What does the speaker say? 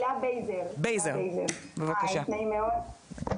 נעים מאוד,